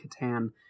Catan